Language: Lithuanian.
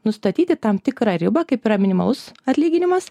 nustatyti tam tikrą ribą kaip yra minimalus atlyginimas